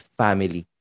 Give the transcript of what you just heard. family